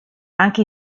anche